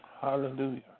Hallelujah